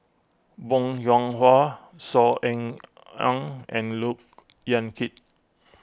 Bong Hiong Hwa Saw Ean Ang and Look Yan Kit